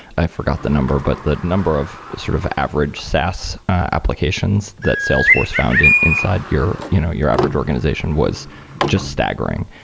i forgot the number, but the number of sort of average saas applications that salesforce found and inside your you know your average organization was just staggering.